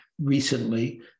recently